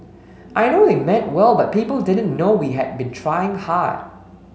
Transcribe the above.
I know they meant well but people didn't know we had been trying hard